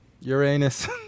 Uranus